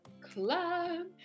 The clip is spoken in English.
Club